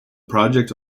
project